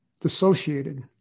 dissociated